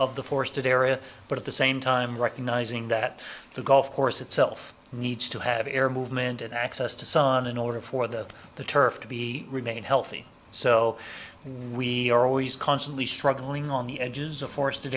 of the forested area but at the same time recognizing that the golf course itself needs to have air movement and access to sun in order for that the turf to be remain healthy so we are always constantly struggling on the edges of for